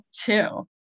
two